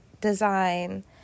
design